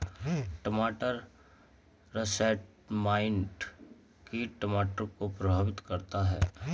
टमाटर russet mite कीट टमाटर को प्रभावित करता है